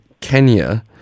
Kenya